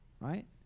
right